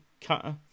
cutter